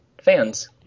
fans